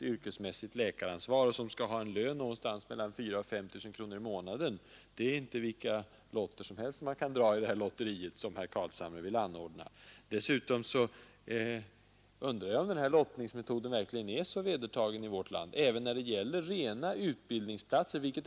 yrkesmässigt läkaransvar och som skall ha en lön någonstans mellan 4 000 och 5 000 kronor i månaden. Det är inte vilka lotter som helst man kan dra i det lotteri herr Carlshamre vill anordna. Dessutom undrar jag om den här lottningsmetoden verkligen är så vedertagen i vårt land som herr Carlshamre säger.